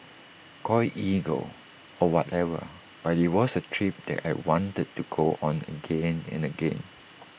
call IT ego or whatever but IT was A trip that I wanted to go on again and again